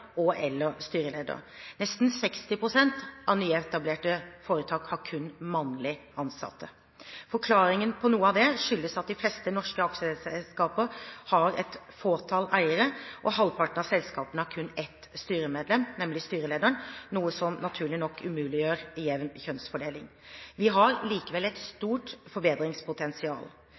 styreleder. Nesten 60 pst. av nyetablerte foretak har kun mannlige ansatte. Forklaringen på noe av dette er at de fleste norske aksjeselskaper har et fåtall eiere, og halvparten av selskapene har kun ett styremedlem – nemlig styrelederen – noe som naturlig nok umuliggjør jevn kjønnsfordeling. Vi har likevel et stort forbedringspotensial.